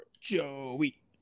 Joey